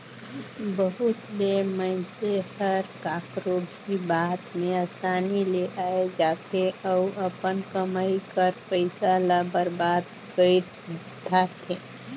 बहुत ले मइनसे हर काकरो भी बात में असानी ले आए जाथे अउ अपन कमई कर पइसा ल बरबाद कइर धारथे